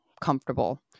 comfortable